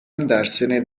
andarsene